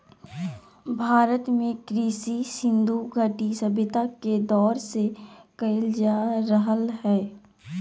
भारत में कृषि सिन्धु घटी सभ्यता के दौर से कइल जा रहलय हें